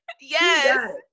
Yes